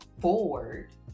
forward